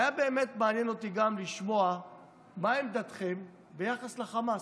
והיה באמת מעניין אותי גם לשמוע מה עמדתכם ביחס לחמאס.